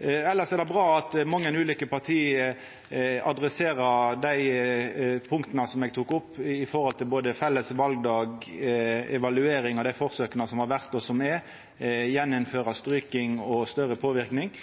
er det bra at mange ulike parti adresserer dei punkta eg tok opp med omsyn til både felles valdag, evaluering av dei forsøka som har vore, og som er, igjen å innføra stryking og større påverknad